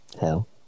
Hell